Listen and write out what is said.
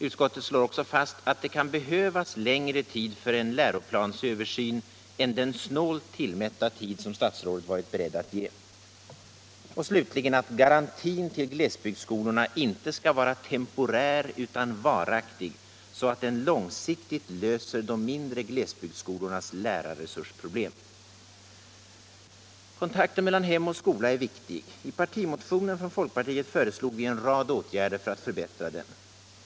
Utskottet slår också fast att det kan behövas längre tid för en läroplansöversyn än den snålt tillmätta tid som statsrådet varit beredd att ge; att garantin till glesbygdsskolorna inte skall vara temporär utan varaktig så att den långsiktigt löser de mindre glesbygdsskolornas lärarresursproblem. Kontakten mellan hem och skola är viktig. I partimotionen från folkpartiet föreslår vi en rad åtgärder för att förbättra den.